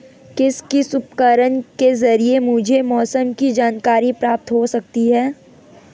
किस किस उपकरण के ज़रिए मुझे मौसम की जानकारी प्राप्त हो सकती है?